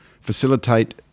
facilitate